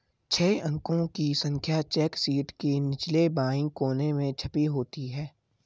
छह अंकों की संख्या चेक शीट के निचले बाएं कोने में छपी होती है